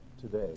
today